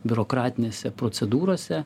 biurokratinėse procedūrose